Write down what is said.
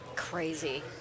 Crazy